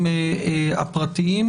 הפרטיים.